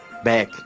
Back